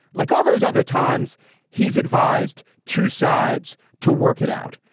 like all those other times he's advised two sides to work it out.